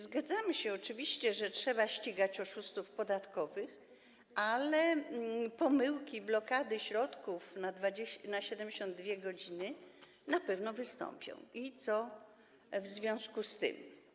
Zgadzamy się oczywiście, że trzeba ścigać oszustów podatkowych, ale pomyłki przy blokadach środków na 72 godziny na pewno wystąpią i co w związku z tym?